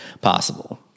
possible